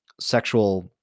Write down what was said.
sexual